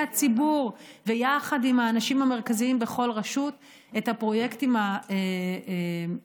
הציבור ויחד עם האנשים המרכזיים בכל רשות את הפרויקטים הכי,